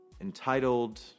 entitled